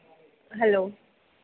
hello